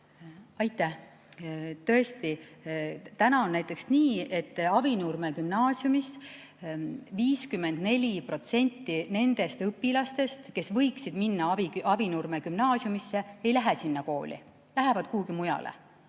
Aitäh! Tõesti, täna on näiteks nii, et 54% nendest õpilastest, kes võiksid minna Avinurme Gümnaasiumisse, ei lähe sinna kooli, nad lähevad kuhugi mujale.